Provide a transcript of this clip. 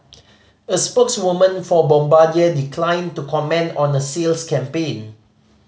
a spokeswoman for Bombardier declined to comment on a sales campaign